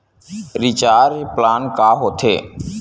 Recharge plan का होथे?